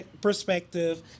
perspective